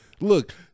look